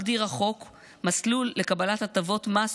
החוק מגדיר מסלול לקבלת הטבות מס,